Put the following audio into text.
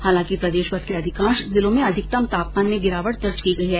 हालांकि प्रदेशमर के अधिकांश जिलों में अधिकतम तापमान में गिरावट दर्ज की गयी है